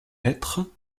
hêtres